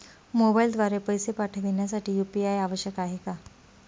मोबाईलद्वारे पैसे पाठवण्यासाठी यू.पी.आय आवश्यक आहे का?